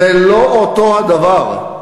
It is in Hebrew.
זה לא אותו הדבר.